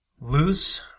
Loose